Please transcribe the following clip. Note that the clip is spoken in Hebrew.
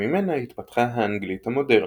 שממנה התפתחה האנגלית המודרנית.